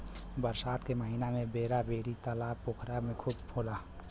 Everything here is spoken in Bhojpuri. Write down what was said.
बरसात के महिना में बेरा बेरी तालाब पोखरा में खूब होला